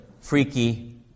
freaky